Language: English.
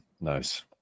Nice